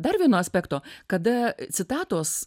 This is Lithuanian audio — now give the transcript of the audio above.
dar vieno aspekto kada citatos